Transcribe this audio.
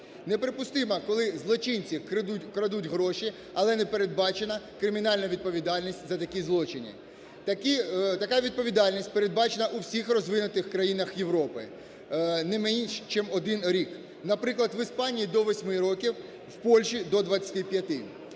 Неприпустимо, коли злочинці крадуть гроші, але не передбачено кримінальну відповідальність за такі злочини. Така відповідальність передбачена у всіх розвинутих країнах Європи не менш чим 1 рік. Наприклад, в Іспанії до 8 років, в Польщі до 25.